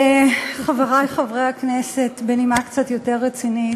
חברי חברי הכנסת, בנימה קצת יותר רצינית,